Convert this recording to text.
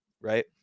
right